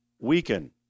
weaken